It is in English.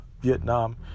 Vietnam